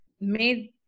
made